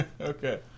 Okay